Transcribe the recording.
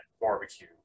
barbecue